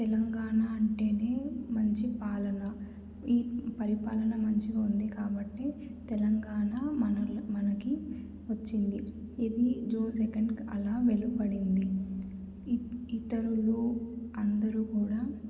తెలంగాణ అంటేనే మంచి పాలన ఈ పరిపాలన మంచిగా ఉంది కాబట్టి తెలంగాణ మనల మనకి వచ్చింది ఇది జూన్ సెకెండుకు అలా వెలువడింది ఇతరులు అందరూ కూడా